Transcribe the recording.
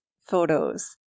photos